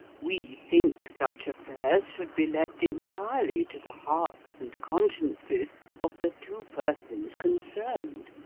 we think such affairs should be left entirely to the hearts and consciences of the two persons concerned,